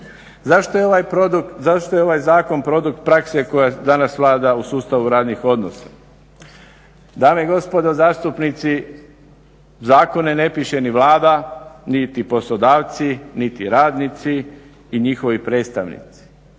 Zašto je ovaj Zakon produkt prakse koja danas vlada u sustavu radnih odnosa? Dame i gospodo zastupnici, zakone ne piše ni Vlada, niti poslodavci niti radnici i njihovi predstavnici,